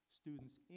students